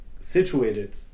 situated